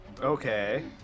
Okay